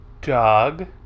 Dog